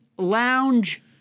lounge